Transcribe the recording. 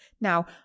now